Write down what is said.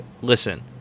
listen